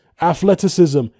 athleticism